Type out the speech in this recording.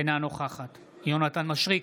אינה נוכחת יונתן מישרקי,